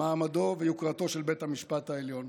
מעמדו ויוקרתו של בית המשפט העליון.